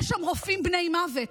יש שם רופאים בני מוות.